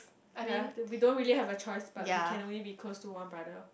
ya we don't really have a choice but we can only be close to one brother